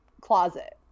closet